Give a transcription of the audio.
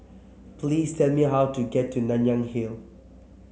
please tell me how to get to Nanyang Hill